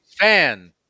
fan